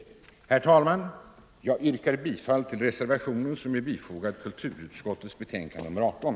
Herr talman! Jag yrkar bifall till reservationen i kulturutskottets betänkande nr 18.